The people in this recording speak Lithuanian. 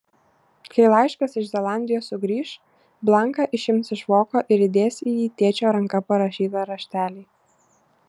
kai laiškas iš zelandijos sugrįš blanką išims iš voko ir įdės į jį tėčio ranka parašytą raštelį